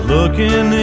Looking